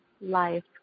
life